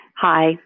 Hi